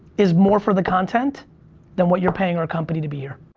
is more for the content than what you're paying our company to be here.